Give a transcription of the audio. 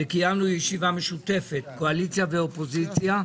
וקיימנו ישיבה משותפת, קואליציה ואופוזיציה,